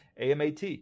AMAT